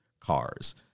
cars